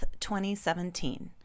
2017